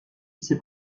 s’est